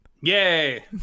yay